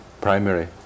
primary